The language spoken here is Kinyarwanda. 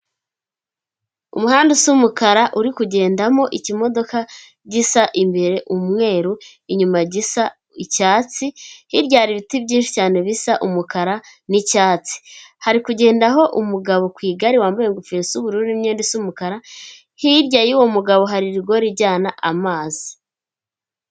Umuhanda usa umukara, uri kugendamo ikimodoka gisa imbere umweru, inyuma gisa icyatsi, hirya hari ibiti byinshi cyane bisa umukara n'icyatsi. Hari kugendaho umugabo ku igare wambaye ingofero y'ubururu n'imyenda isa umukara, hirya y'uwo mugabo hari rigori ijyana amazi.